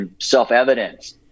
self-evident